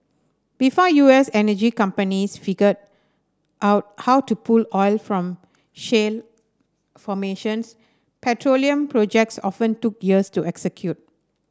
before U S energy companies figured out how to pull oil from shale formations petroleum projects often took years to execute